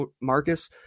Marcus